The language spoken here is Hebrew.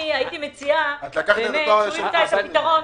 הייתי מציעה שהוא ימצא את הפתרון.